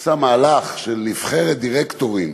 עשה מהלך של נבחרת דירקטורים.